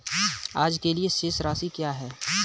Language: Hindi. आज के लिए शेष राशि क्या है?